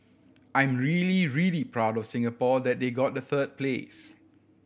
I'm really really proud of Singapore that they got the third place